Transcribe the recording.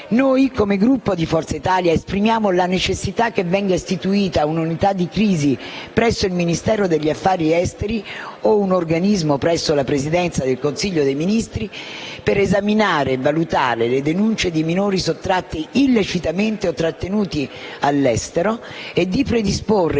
anni. Il Gruppo Forza Italia esprime la necessità che venga istituita un'unità di crisi presso il Ministero degli affari esteri e della cooperazione internazionale o un organismo presso la Presidenza del Consiglio dei ministri per esaminare e valutare le denunce di minori sottratti illecitamente o trattenuti all'estero e di predisporre,